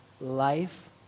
life